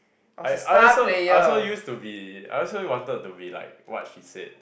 I I also I also used to be I also wanted to be like what she said